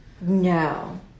No